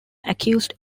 accused